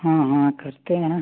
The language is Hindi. हाँ हाँ करते हैं